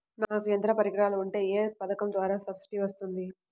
నాకు యంత్ర పరికరాలు ఉంటే ఏ పథకం ద్వారా సబ్సిడీ వస్తుంది?